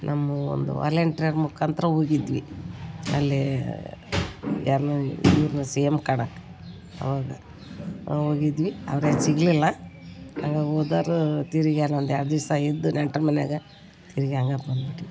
ನಮ್ಮ ಒಂದು ವಾಲೆಂಟ್ರಿಯರ್ ಮುಖಾಂತ್ರ ಹೋಗಿದ್ವಿ ಅಲ್ಲೀ ಯಾರನ್ನ ಇವ್ರನ್ನ ಸಿ ಎಮ್ ಕಾಣೋಕ್ ಅವಾಗ ಹೋಗಿದ್ವಿ ಅವ್ರೆಲ್ಲ ಸಿಗಲಿಲ್ಲ ಹಂಗಾಗ್ ಹೋದರ್ ತಿರುಗಿ ಅಲ್ಲೊಂದು ಎರಡು ದಿಸ ಇದ್ದು ನೆಂಟ್ರು ಮನೆಯಾಗ ತಿರುಗಿ ಹಾಂಗೆ ಬಂದುಬಿಟ್ವಿ